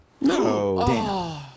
No